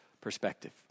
perspective